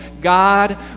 God